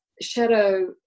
shadow